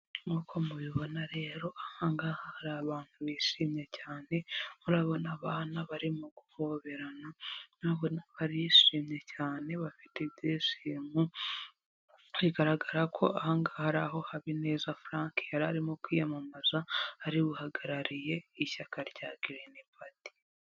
Nkuko mubibona rero, aha ngaha hari abantu bishimye cyane, murabona abana barimo guhoberana nkabona barishimye cyane, bafite ibyishimo, bigaragara ko aha ngaha ari aho Habineza Frank yari arimo kwiyamamaza ari we uhagarariye ishyaka rya Girini pate.